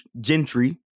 gentry